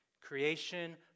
Creation